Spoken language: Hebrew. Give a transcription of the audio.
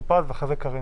חבר הכנסת טור פז, בבקשה.